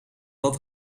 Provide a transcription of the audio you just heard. dat